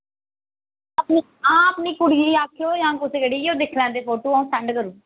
ते हां अपनी कुड़ियै गी आक्खेओ जां कुसै कड़े गी ओह् दिक्खी लैंदे फोटो अ'ऊं सैंड करी